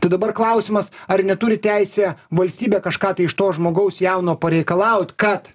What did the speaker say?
tai dabar klausimas ar neturi teisė valstybė kažką tai iš to žmogaus jauno pareikalaut kad